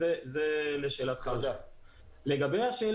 לגבי השיח